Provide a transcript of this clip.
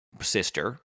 sister